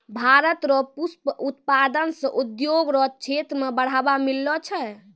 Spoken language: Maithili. भारत रो पुष्प उत्पादन से उद्योग रो क्षेत्र मे बढ़ावा मिललो छै